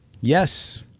Yes